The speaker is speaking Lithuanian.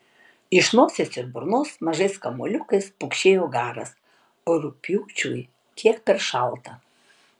iš nosies ir burnos mažais kamuoliukais pukšėjo garas rugpjūčiui kiek per šalta